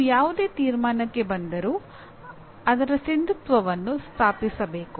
ನೀವು ಯಾವುದೇ ತೀರ್ಮಾನಕ್ಕೆ ಬಂದರೂ ಅದರ ಸಿಂಧುತ್ವವನ್ನು ಸ್ಥಾಪಿಸಬೇಕು